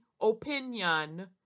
opinion